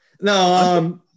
No